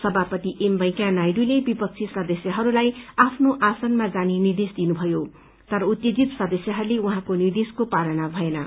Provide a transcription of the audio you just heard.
सभापति एम वेंकैया नायडूले विपक्षी सदस्यहरूलाई आफ्नो आसनमा जाने निर्देश दिनुभयो तर उत्तेजित सदस्यहरूले उहाँको निर्देशको पालना गरेनन्